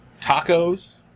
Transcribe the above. Tacos